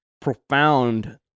profound